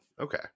okay